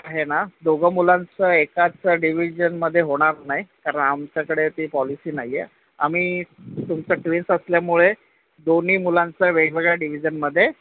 आहे ना दोघं मुलांचं एकाच डिव्हिजनमध्ये होणार नाही कारण आमच्याकडे ती पॉलिसी नाही आहे आम्ही तुमचं ट्विन्स असल्यामुळे दोन्ही मुलांचं वेगवेगळ्या डिव्हिजनमध्ये